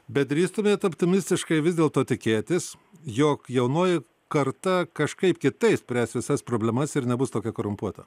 bet drįstumėt optimistiškai vis dėlto tikėtis jog jaunoji karta kažkaip kitaip spręs visas problemas ir nebus tokia korumpuota